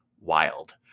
wild